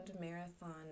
marathon